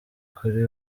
kuri